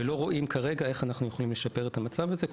לא רואים כרגע איך אנחנו יכולים לשפר את המצב הזה,